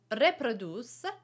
reproduce